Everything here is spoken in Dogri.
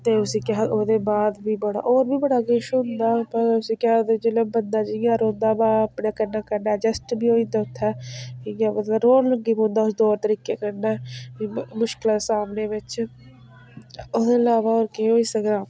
ते उसी केह् आखदे ओह्दे बाद बी बड़ा होर बी बड़ा किश होंदा पर उसी केह् आखदे जेल्लै बंदा जियां रौंह्दा ब अपने कन्नै कन्नै अडजस्ट बी होई जंदा उत्थै इ'यां मतलब रौह्न लग्गी पौंदा तौर तरीके कन्नै फ्ही मुश्कलां सामने बिच्च ओह्दे अलावा होर केह् होई सकदा